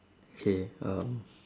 K um